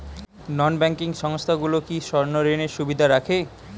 নন banking সংস্থাগুলো কি স্বর্ণঋণের সুবিধা রাখে?